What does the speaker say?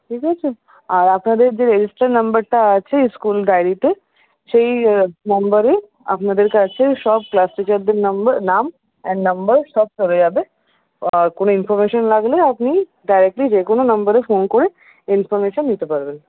ঠিক আছে আর আপনাদের যে রেজিস্টার নাম্বারটা আছে স্কুল ডায়েরিতে সেই নাম্বারে আপনাদের কাছে সব ক্লাসটিচারদের নাম্বার নাম অ্যান্ড নাম্বারস সব চলে যাবে আর কোনও ইনফর্মেশন লাগলে আপনি ডায়রেক্টলি যে কোন নাম্বারে ফোন করে ইনফর্মেশন নিতে পারবেন